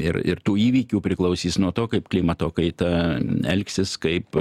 ir ir tų įvykių priklausys nuo to kaip klimato kaita elgsis kaip